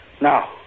Now